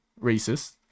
racist